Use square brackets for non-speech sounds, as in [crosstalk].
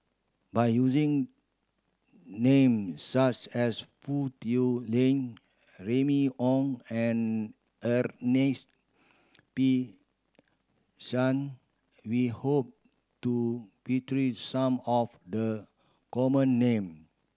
by using name such as Foo Tui Lian Remy Ong and Ernest P Shank we hope to [unintelligible] some of the common name